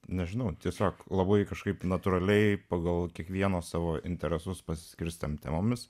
nežinau tiesiog labai kažkaip natūraliai pagal kiekvieno savo interesus pasiskirstę temomis